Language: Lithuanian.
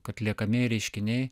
kad liekamieji reiškiniai